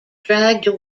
dragged